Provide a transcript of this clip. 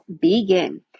begin